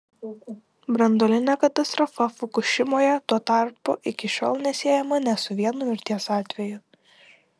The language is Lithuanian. branduolinė katastrofa fukušimoje tuo tarpu iki šiol nesiejama nė su vienu mirties atveju